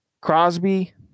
Crosby